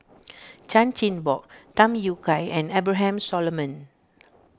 Chan Chin Bock Tham Yui Kai and Abraham Solomon